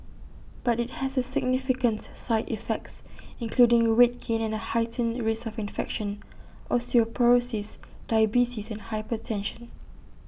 but IT has significant side effects including weight gain and A heightened risk of infection osteoporosis diabetes and hypertension